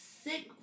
sick